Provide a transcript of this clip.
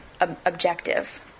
objective